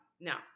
Now